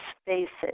spaces